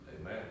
Amen